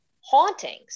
hauntings